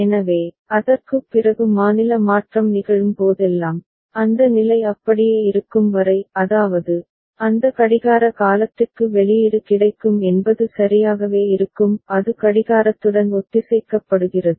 எனவே அதற்குப் பிறகு மாநில மாற்றம் நிகழும் போதெல்லாம் அந்த நிலை அப்படியே இருக்கும் வரை அதாவது அந்த கடிகார காலத்திற்கு வெளியீடு கிடைக்கும் என்பது சரியாகவே இருக்கும் அது கடிகாரத்துடன் ஒத்திசைக்கப்படுகிறது